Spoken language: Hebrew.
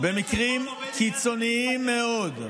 במקרים קיצוניים מאוד,